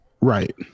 right